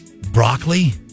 broccoli